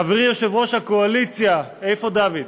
חברי יושב-ראש הקואליציה איפה דוד?